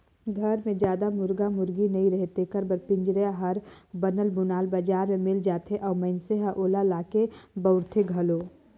घर मे जादा मुरगा मुरगी नइ रहें तेखर बर पिंजरा हर बनल बुनाल बजार में मिल जाथे अउ मइनसे ह ओला लाके बउरथे घलो